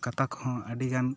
ᱠᱟᱛᱷᱟ ᱠᱚᱦᱚᱸ ᱟᱹᱰᱤ ᱜᱟᱱ